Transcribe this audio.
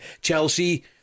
Chelsea